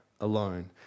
alone